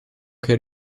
che